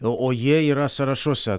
o jie yra sąrašuose